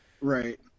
Right